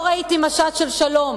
לא ראיתי משט של שלום